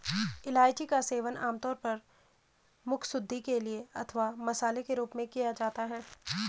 इलायची का सेवन आमतौर पर मुखशुद्धि के लिए अथवा मसाले के रूप में किया जाता है